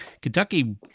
Kentucky